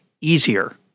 easier